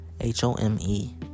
H-O-M-E